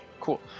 cool